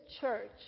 church